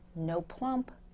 no plump!